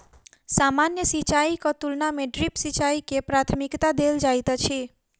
सामान्य सिंचाईक तुलना मे ड्रिप सिंचाई के प्राथमिकता देल जाइत अछि